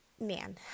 Man